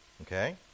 okay